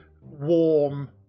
warm